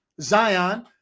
Zion